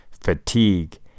Fatigue